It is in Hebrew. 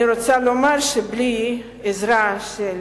אני רוצה לומר שבלי העזרה של